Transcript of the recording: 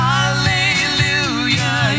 Hallelujah